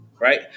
right